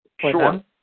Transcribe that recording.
Sure